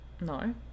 No